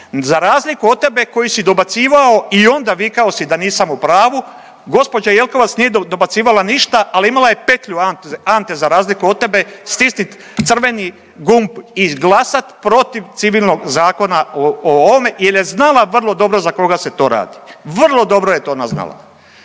za razliku od tebe koji si dobacivao i onda vikao si da nisam u pravu, gđa. Jelkovac nije dobacivala ništa, ali imala je petlju Ante za razliku od tebe, stisnit crveni gumb i izglasat protiv civilnog zakona o ovome jel je znala vrlo dobro za koga se to radi, vrlo dobro je to ona znala.